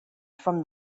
from